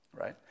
right